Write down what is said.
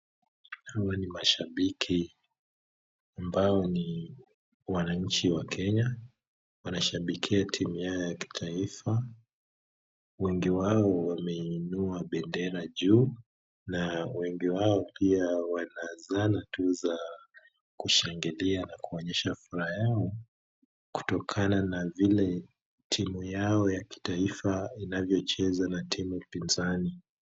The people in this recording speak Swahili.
Hawa ni mashabiki ambao ni wananchi wa kenya, wanashabikia timu yao ya kitaifa, wengi wao wameiinua bendera juu, na wengi wao pia wanazana tu za kushangilia na kuonyesha furaha yao kutokana na vile timu yao ya kitaifa inavyocheza na timu pinzani.